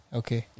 okay